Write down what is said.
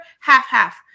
half-half